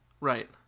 Right